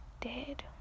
dead